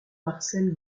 marcel